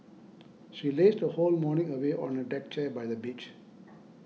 she lazed her whole morning away on a deck chair by the beach